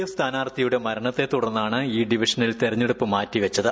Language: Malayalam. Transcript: എഫ് സ്ഥാനാർത്ഥിയുടെ മരണ്ട്ത്തുടർന്നാണ് ഈ ഡിവിഷനിൽ തെരഞ്ഞെടുപ്പ് മാറ്റിവച്ചത്